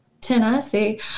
Tennessee